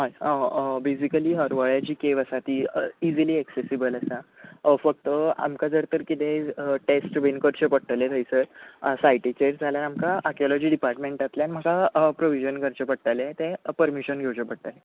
हय बेझिकली हरवळ्या जी केव आसा ती इजिली एक्सॅसिबल आसा फक्त आमकां जर तर किदेंय टॅस्ट बीन करचे पडटले थंयसर सायटीचेर जाल्या आमकां आक्यॉलॉजी डिपाटमँटातल्यान म्हाका प्रोविजन करचें पडटलें तें पर्मिशन घेवचें पडटलें